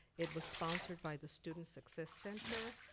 it was sponsored by the students success center.